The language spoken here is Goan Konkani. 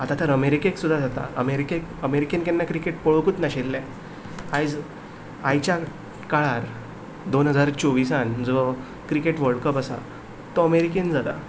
आतां तर अमेरिकेक सुद्दां जाता अमेरिकेन अमेरिकेन केन्ना क्रिकेट पळोवंकच नाशिल्लें आयज आयच्या काळार दोन हजार चोविसान जो क्रिकेट वल्ड कप आसा तो अमेरिकेन जाता